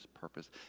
purpose